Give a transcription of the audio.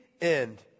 end